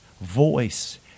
voice